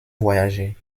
voyager